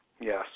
Yes